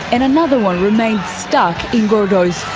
and another one remained stuck in gordeau's